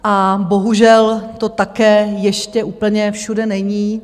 A bohužel to také ještě úplně všude není.